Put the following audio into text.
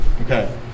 Okay